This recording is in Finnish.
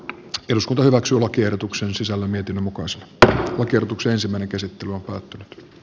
jos kuntomaksulakiehdotuksen sisällä mietimme mukaan se että oikeutuksensa menninkäiset lukot